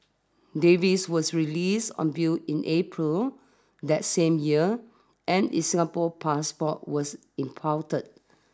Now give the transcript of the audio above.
Davies was released on bail in April that same year and is Singapore passport was impounded